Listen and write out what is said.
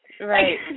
Right